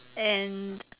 and